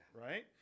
Right